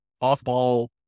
off-ball